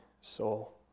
soul